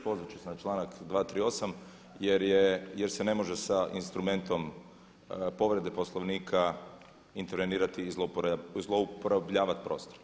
Pozvat ću se na članak 238. jer se ne može sa instrumentom povrede Poslovnika intervenirati i zlouporabljivati prostor.